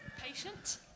Patient